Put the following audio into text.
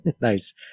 Nice